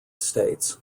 states